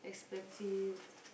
expensive